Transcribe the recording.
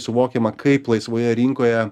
suvokiama kaip laisvoje rinkoje